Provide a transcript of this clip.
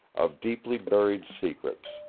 of deeply buried secrets,